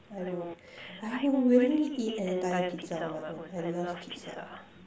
I don't know I would willingly eat an entire pizza on my own I love pizza